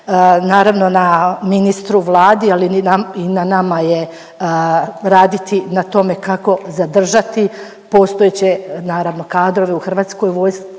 Naravno na ministru, Vladi ali i na nama je raditi na tome kako zadržati postojeće naravno kadrove u Hrvatskoj vojsci